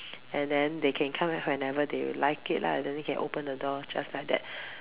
and then they can come back whenever they like it lah and then they can open the door just like that